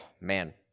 man